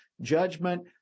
judgment